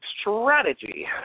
strategy